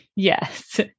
Yes